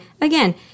Again